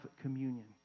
communion